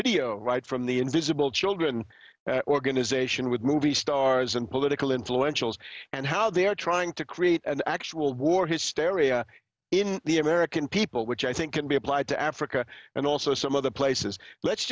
video right from the invisible children organization with movie stars and political influentials and how they're trying to create an actual war hysteria in the american people which i think can be applied to africa and also some other places let's